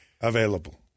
available